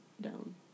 down